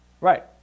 Right